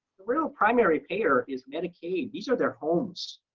the real primary payer is medicaid. these are their homes.